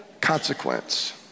consequence